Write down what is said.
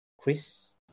Chris